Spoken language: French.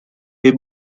est